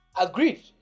Agreed